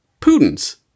Putin's